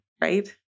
right